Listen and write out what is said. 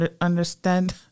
understand